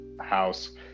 house